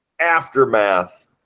aftermath